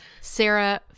Sarah